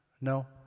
No